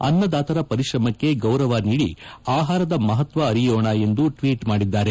ಅನ್ನದಾತರ ಪರಿಶ್ರಮಕ್ಕೆ ಗೌರವ ನೀದಿ ಆಹಾರದ ಮಹತ್ವ ಅರಿಯೋಣ ಎಂದು ಟ್ವೀಟ್ ಮಾಡಿದ್ದಾರೆ